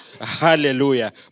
Hallelujah